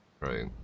right